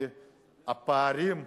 כי הפערים,